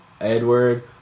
Edward